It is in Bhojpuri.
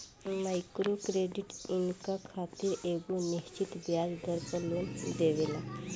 माइक्रो क्रेडिट इनका खातिर एगो निश्चित ब्याज दर पर लोन देवेला